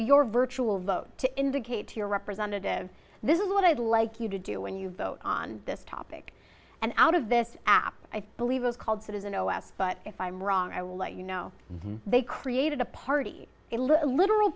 your virtual vote to indicate to your representatives this is what i'd like you to do when you vote on this topic and out of this app i believe it's called citizen zero s but if i'm wrong i will let you know they created a party a lit